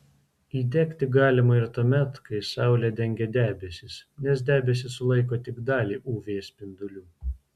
įdegti galima ir tuomet kai saulę dengia debesys nes debesys sulaiko tik dalį uv spindulių